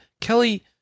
Kelly